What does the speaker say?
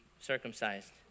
circumcised